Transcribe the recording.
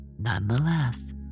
Nonetheless